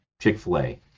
Chick-fil-A